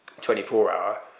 24-hour